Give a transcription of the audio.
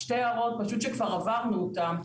שתי הערות שפשוט כבר עברנו אותן.